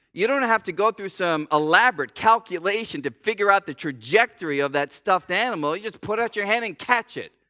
you don't have to through some elaborate calculation to figure out the trajectory of that stuffed animal. you just put out your hand and catch it.